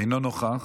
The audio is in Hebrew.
אינו נוכח,